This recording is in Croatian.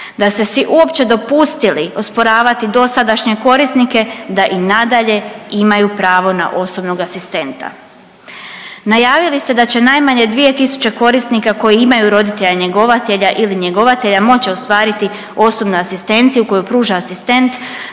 da ste si uopće dopustili osporavati dosadašnje korisnike da i nadalje imaju pravo na osobnog asistenta. Najavili ste da će najmanje 2 tisuće korisnika koji imaju roditelja njegovatelja ili njegovatelja moći ostvariti osobnu asistenciju koju pruža asistent,